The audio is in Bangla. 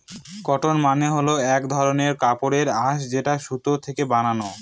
কটন মানে হল এক ধরনের কাপড়ের আঁশ যেটা সুতো থেকে বানানো